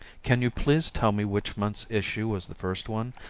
can you please tell me which month's issue was the first one,